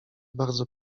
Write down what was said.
bardzo